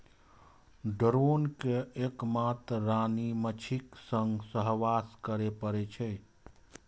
drone कें एक मात्र रानी माछीक संग सहवास करै पड़ै छै